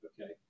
Okay